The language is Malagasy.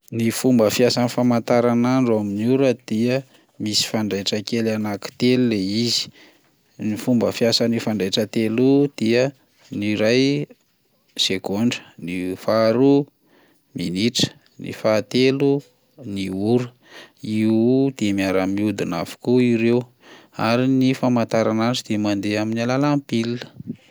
Ny fomba fiasan'ny famantaranandro amin'ny ora dia misy fanjaitra kely anankitelo lay izy, ny fomba fiasan'ny fanjaitra telo io dia ny iray segondra, ny faharoa minitra, ny fahatelo ny roa; io dia miara-mihodina avokoa ireo, ary ny famantaranandro de mandeha amin'ny alalan'ny pile.